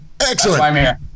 Excellent